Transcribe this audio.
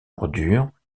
ordures